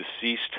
deceased